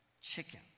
chicken